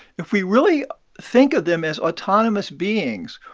if we really think of them as autonomous beings,